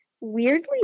weirdly